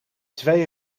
twee